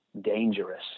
dangerous